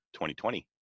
2020